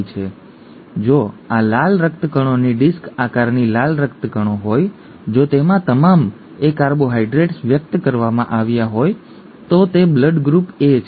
તેથી જો આ લાલ રક્તકણોની ડિસ્ક આકારની લાલ રક્તકણો હોય જો તેમાં તમામ એ કાર્બોહાઇડ્રેટ્સ વ્યક્ત કરવામાં આવ્યા હોય તો તે બ્લડ ગ્રુપ A છે